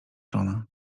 czona